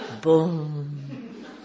Boom